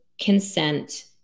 consent